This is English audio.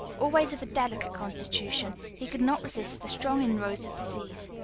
always of a delicate constitution, he could not resist the strong inroads of disease.